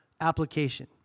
application